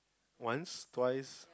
once twice